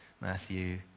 Matthew